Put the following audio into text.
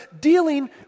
dealing